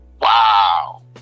Wow